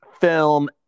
film